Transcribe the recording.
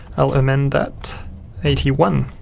i'll amend that eighty one,